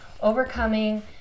overcoming